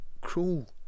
cruel